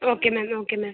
okay ma'am okay ma'am